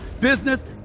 business